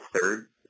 third